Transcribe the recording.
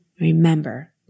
Remember